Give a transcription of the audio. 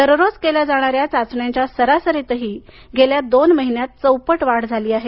दररोज केल्या जाणाऱ्या चाचण्यांच्या सरासरीतही गेल्या दोन महिन्यात चौपट वाढ झाली आहे